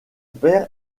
père